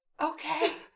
okay